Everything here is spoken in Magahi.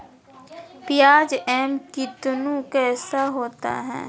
प्याज एम कितनु कैसा होता है?